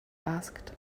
asked